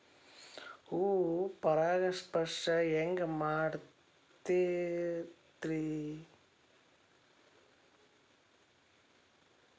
ಹೂ ಪರಾಗಸ್ಪರ್ಶ ಹೆಂಗ್ ಮಾಡ್ತೆತಿ?